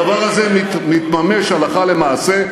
הדבר הזה מתממש הלכה למעשה,